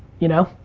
you know?